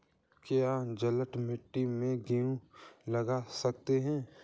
क्या जलोढ़ मिट्टी में गेहूँ लगा सकते हैं?